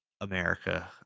America